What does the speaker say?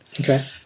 Okay